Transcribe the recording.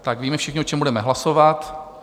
Tak víme všichni, o čem budeme hlasovat.